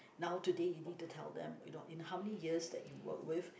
now today you need to tell them you know in how many years that you worked with